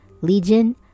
Legion